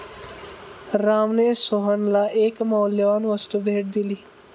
रामने सोहनला एक मौल्यवान वस्तू भेट दिली